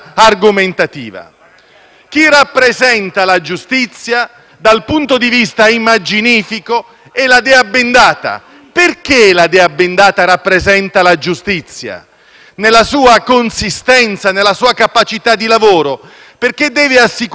Chi rappresenta la giustizia dal punto di vista immaginifico è la dea bendata. Perché la dea bendata rappresenta la giustizia, nella sua consistenza, nella sua capacità di lavoro? Deve assicurare terzietà,